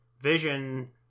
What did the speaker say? Vision